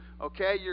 okay